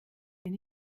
bin